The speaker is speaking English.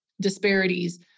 disparities